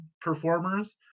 performers